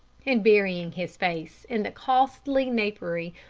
and, burying his face in the costly napery,